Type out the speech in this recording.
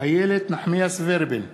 איילת נחמיאס ורבין,